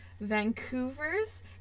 Vancouver's